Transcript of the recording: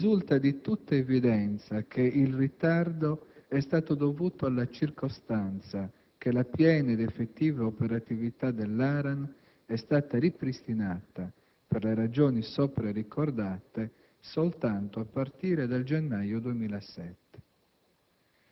risulta di tutta evidenza che il ritardo è stato dovuto alla circostanza che la piena ed effettiva operatività dell'ARAN è stata ripristinata, per le ragioni sopra ricordate, soltanto a partire dal gennaio 2006.